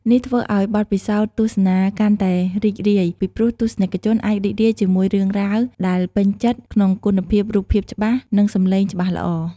នេះធ្វើឲ្យបទពិសោធន៍ទស្សនាកាន់តែរីករាយ ពីព្រោះទស្សនិកជនអាចរីករាយជាមួយរឿងរ៉ាវដែលពេញចិត្ត ក្នុងគុណភាពរូបភាពច្បាស់ និងសំឡេងច្បាស់ល្អ ។